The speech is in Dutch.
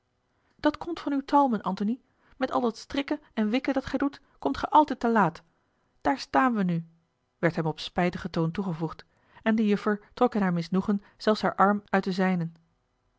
dat komt van uw talmen antony met al dat strikken en kwikken dat gij doet komt ge altijd te laat daar staan we nu werd hem op spijtigen toon toegevoegd en de juffer trok in haar misnoegen zelfs haar arm uit den zijnen